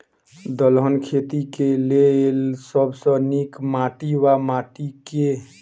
दलहन खेती केँ लेल सब सऽ नीक माटि वा माटि केँ?